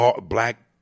black